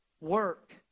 work